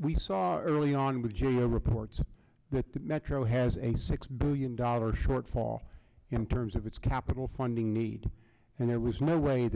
we saw early on with g a o reports that the metro has a six billion dollar shortfall in terms of its capital funding need and there was no way